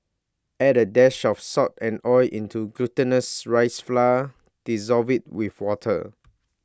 add A dash of salt and oil into the glutinous rice flour dissolve IT with water